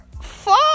fuck